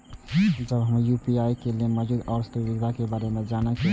जब हमरा यू.पी.आई के लिये मौजूद आरो दोसर सुविधा के बारे में जाने के होय?